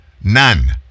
None